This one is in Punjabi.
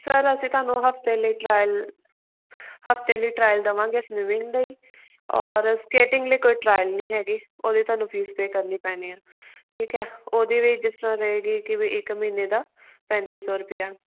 ਸਰ ਅਸੀਂ ਤੁਹਾਨੂੰ ਹਫਤੇ ਲਈ ਟਰਾਇਲ ਹਫਤੇ ਲਈ ਟਰਾਇਲ ਦੇਵਾਂਗੇ ਸਵੀਮਿੰਗ ਲਈ ਔਰ ਸਕੇਟਿੰਗ ਲਈ ਕੋਈ ਟਰਾਇਲ ਨਹੀਂ ਹੈਗੀ ਉਹਦੀ ਤੁਹਾਨੂੰ ਫੀਸ ਪੇ ਕਰਨੀ ਪੈਣੀ ਆ ਠੀਕ ਹੈ ਉਹਦੇ ਲਈ ਜਿਸ ਤਰ੍ਹਾਂ ਰਹੇਗੀ ਕਿ ਵੀ ਇੱਕ ਮਹੀਨੇ ਦਾ ਪੈਂਤੀ ਸੌ ਰੁਪਇਆ